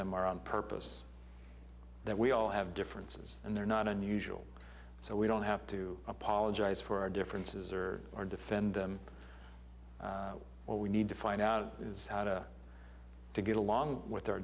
them are on purpose that we all have differences and they're not unusual so we don't have to apologize for our differences or or defend them what we need to find out is how to to get along with our